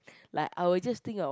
like I will just think of